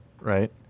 right